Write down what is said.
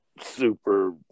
super